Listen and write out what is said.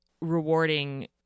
rewarding